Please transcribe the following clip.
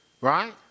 Right